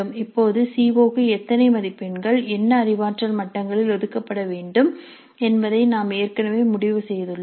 இப்போது அந்த C O க்கு எத்தனை மதிப்பெண்கள் என்ன அறிவாற்றல் மட்டங்களில் ஒதுக்கப்பட வேண்டும் என்பதை நாம் ஏற்கனவே முடிவு செய்துள்ளோம்